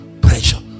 pressure